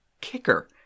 kicker